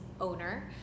owner